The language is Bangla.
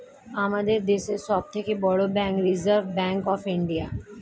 আমাদের দেশের সব থেকে বড় bank reserve bank of India